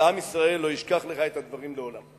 ועם ישראל לא ישכח לך את הדברים לעולם.